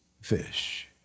fish